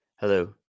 Hello